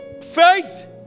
faith